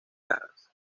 cascadas